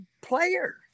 player